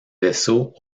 vaisseaux